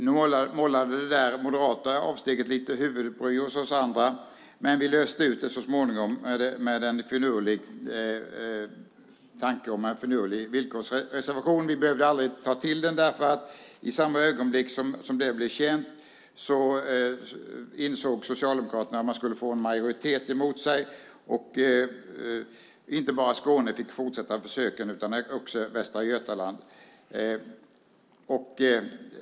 Nu vållade det där moderata avsteget lite huvudbry hos oss andra, men vi löste ut det så småningom med en finurlig villkorsreservation. Vi behövde aldrig ta till den, därför att i samma ögonblick som det blev känt insåg Socialdemokraterna att man skulle få en majoritet emot sig. Inte bara Skåne fick fortsätta försöken utan också Västra Götaland.